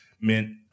meant